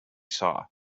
saw